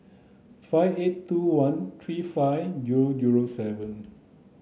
five eight two one three five three zero zero seven